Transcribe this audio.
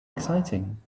exciting